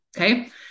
Okay